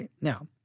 Now